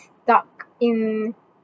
stuck in